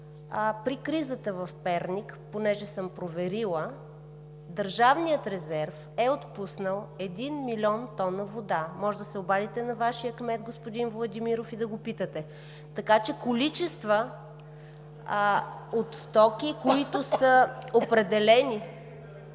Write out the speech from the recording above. При кризата в Перник включително, понеже съм проверила, държавният резерв е отпуснал 1 млн. тона вода. Може да се обадите на Вашия кмет господин Владимиров и да го питате. Така че количества от стоки, които са определени